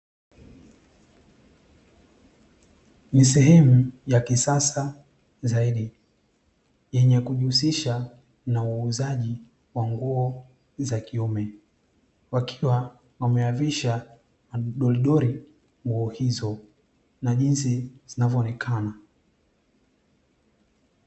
Ni sehemu ya kisasa zaidi yenye kuhusisha uuzaji wa nguo za kiume, wakiwa wameyavisha madolidoli nguo hizo na jinsi zinavyoonekana.